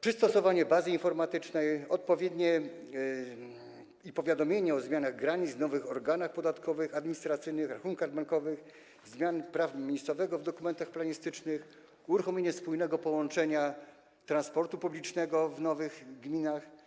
przystosowanie bazy informatycznej i powiadomienie o zmianach granic, nowych organach podatkowych, administracyjnych, rachunkach bankowych, zmian prawa miejscowego w dokumentach planistycznych, uruchomienie spójnego połączenia transportu publicznego w nowych gminach.